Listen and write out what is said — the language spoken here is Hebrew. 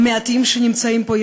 המעטים שנמצאים פה,